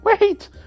Wait